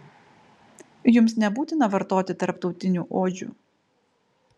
jums nebūtina vartoti tarptautinių odžių